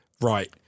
Right